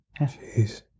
Jeez